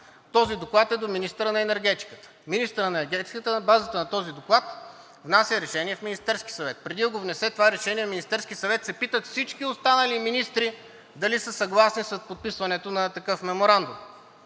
Този доклад е до министъра на енергетиката. Министърът на енергетиката на базата на този доклад внася решение в Министерския съвет. Преди да внесе това решение в Министерския съвет, се питат всички останали министри дали са съгласни с подписването на такъв меморандум.